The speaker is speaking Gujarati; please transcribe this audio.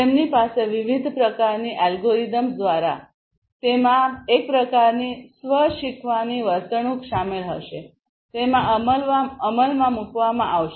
તેમની પાસે વિવિધ પ્રકારની એલ્ગોરિધમ્સ દ્વારા તેમાં એક પ્રકારની સ્વ શીખવાની વર્તણૂક શામેલ હશે તેમાં અમલમાં મૂકવામાં આવશે